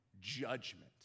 judgment